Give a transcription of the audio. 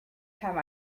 time